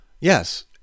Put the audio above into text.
Yes